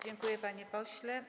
Dziękuję, panie pośle.